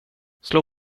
slå